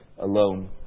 alone